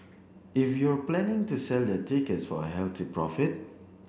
if you're planning to sell your tickets for a healthy profit